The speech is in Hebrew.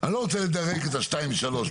אני לא רוצה לדרג את השתיים ושלוש,